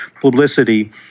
publicity